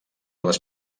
les